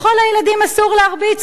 לכל הילדים אסור להרביץ,